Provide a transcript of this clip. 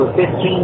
15